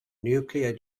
nuclear